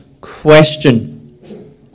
question